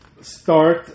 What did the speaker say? start